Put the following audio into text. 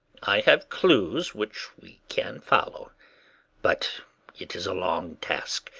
i have clues which we can follow but it is a long task,